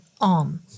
on